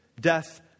Death